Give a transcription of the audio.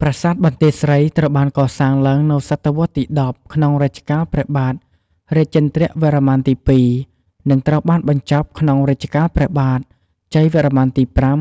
ប្រាសាទបន្ទាយស្រីត្រូវបានកសាងឡើងនៅសតវត្សរ៍ទី ១០ ក្នុងរជ្ជកាលព្រះបាទ រាជេន្ទ្រវរ្ម័នទី ២ និងត្រូវបានបញ្ចប់ក្នុងរជ្ជកាលព្រះបាទ ជ័យវរ្ម័នទី ៥